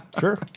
Sure